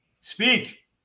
Speak